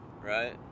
right